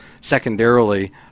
Secondarily